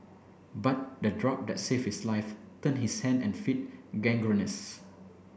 but the drug that saved his life turned his hand and feet gangrenous